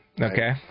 Okay